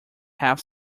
half